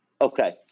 Okay